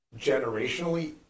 generationally